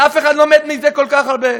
שאף אחד לא מת מזה כל כך הרבה.